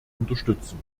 unterstützen